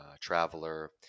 traveler